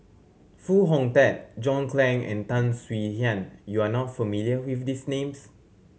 Foo Hong Tatt John Clang and Tan Swie Hian you are not familiar with these names